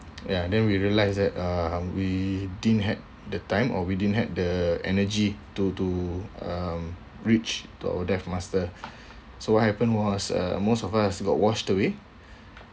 ya then we realised that um we didn't had the time or we didn't had the energy to to um reach to our dive master so what happened was uh most of us got washed away